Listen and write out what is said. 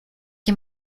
que